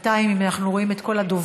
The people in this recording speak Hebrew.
בינתיים, אם אנחנו רואים את כל הדוברים,